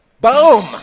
Boom